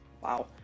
wow